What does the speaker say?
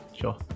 sure